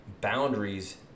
boundaries